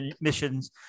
missions